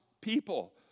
people